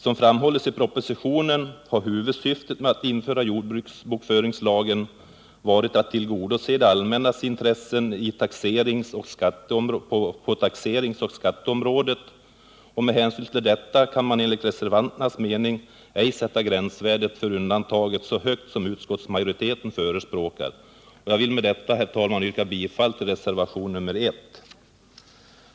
Som framhålles i propositionen har huvudsyftet med att införa jordbruksbokföringslagen varit att tillgodose det allmännas intressen på taxeringsoch skatteområdet. Med hänsyn till detta kan man enligt reservanternas mening ej sätta gränsvärdet för undantaget så högt som utskottsmajoriteten förespråkar. Jag vill med detta, herr talman, yrka bifall till reservationen 1.